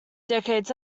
decades